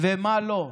ומה לא.